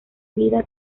vida